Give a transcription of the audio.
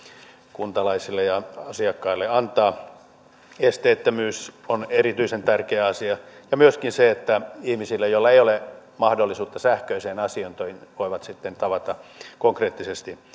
kuntalaisille ja asiakkaille antaa esteettömyys on erityisen tärkeä asia ja myöskin se että ihmiset joilla ei ole mahdollisuutta sähköiseen asiointiin voivat sitten tavata konkreettisesti